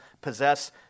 possess